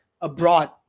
abroad